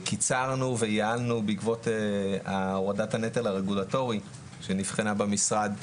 קיצרנו וייעלנו בעקבות הורדת הנטל הרגולטורי שנבחנה במשרד.